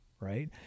right